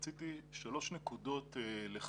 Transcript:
רציתי שלוש נקודות לחדד.